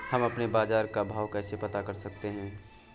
हम अपने बाजार का भाव कैसे पता कर सकते है?